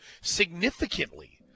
significantly